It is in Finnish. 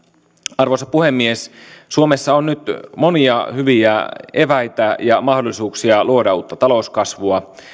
arvoisa puhemies suomessa on nyt monia hyviä eväitä ja mahdollisuuksia luoda uutta talouskasvua